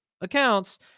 accounts